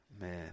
man